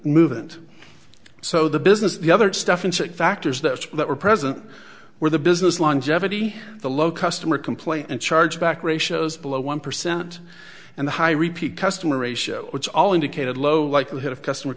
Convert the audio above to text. movement so the business the other stuff and factors that that were present were the business longevity the low customer complaint and chargeback ratios below one percent and the high repeat customer ratio which all indicated low likelihood of customer